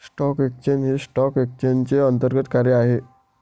stock exchange हे stock एक्सचेंजचे अंतर्गत कार्य आहे